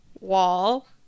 wall